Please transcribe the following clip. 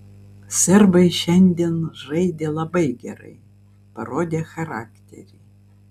serbai šiandien žaidė labai gerai parodė charakterį